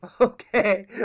okay